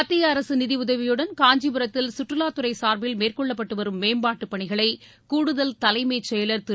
மத்திய அரசு நிதியுதவியுடன் காஞ்சிபுரத்தில் கற்றுவாத்துறை சார்பில் மேற்கொள்ளப்பட்டு வரும் மேம்பாட்டுப் பணிகளை கூடுதல் தலைமைச் செயலர் திரு